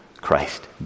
Christ